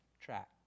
track